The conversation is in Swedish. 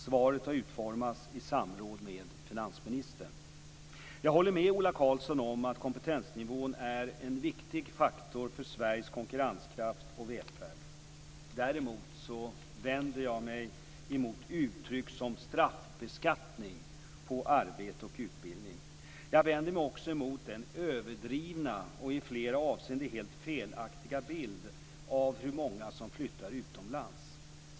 Svaret har utformats i samråd med finansministern. Jag håller med Ola Karlsson om att kompetensnivån är en viktig faktor för Sveriges konkurrenskraft och välfärd. Däremot vänder jag mig emot uttryck som "straffbeskattning" på arbete och utbildning. Jag vänder mig också emot den överdrivna och i flera avseenden helt felaktiga bild av hur många som flyttar utomlands.